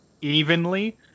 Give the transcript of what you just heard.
evenly